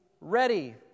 ready